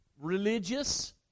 Religious